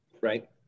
right